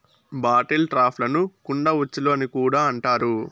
bottle ట్రాప్లను కుండ ఉచ్చులు అని కూడా అంటారు